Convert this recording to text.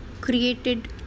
created